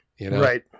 Right